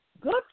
good